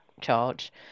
charge